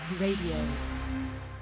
Radio